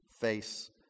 face